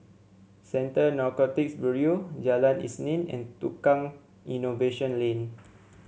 Central Narcotics Bureau Jalan Isnin and Tukang Innovation Lane